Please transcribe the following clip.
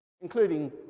including